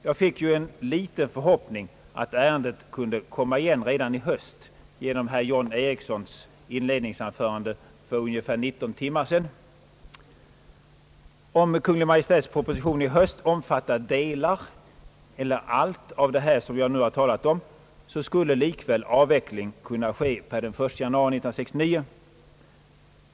Jag fick en liten förhoppning om att ärendet kunde komma igen redan i höst genom herr John Ericssons inledningsanförande för nära 19 timmar sedan. Om Kungl. Maj:ts proposition i höst omfattar delar eller allt av det som jag nu har talat om, så skulle likväl avvecklingen kunna ske per den 1/1 1969.